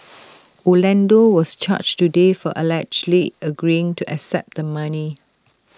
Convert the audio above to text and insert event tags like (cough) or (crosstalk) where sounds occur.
(noise) Orlando was charged today for allegedly agreeing to accept the money